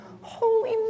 Holy